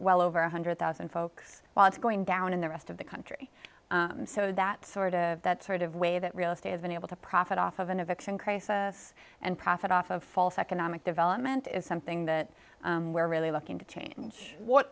well over one hundred thousand folks while it's going down in the rest of the country so that sort of that sort of way that real estate has been able to profit off of an eviction crisis and profit off of false economic development is something that we're really looking to change what